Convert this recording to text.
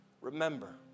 remember